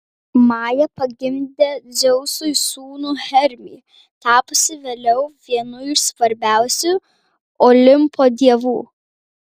maja pagimdė dzeusui sūnų hermį tapusį vėliau vienu iš svarbiausių olimpo dievų